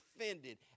offended